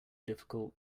difficult